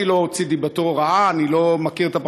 אני לא אוציא דיבתו רעה, אני לא מכיר את הפרטים.